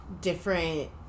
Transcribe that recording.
different